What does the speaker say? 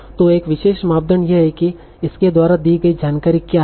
तो एक विशेष मानदंड यह है कि इसके द्वारा दी गई जानकारी क्या है